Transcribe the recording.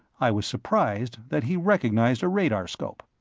i was surprised that he recognized a radarscope.